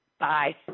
Bye